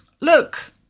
Look